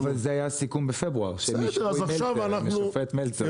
אבל זה היה הסיכום בפברואר שהם יישבו עם השופט מלצר.